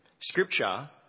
scripture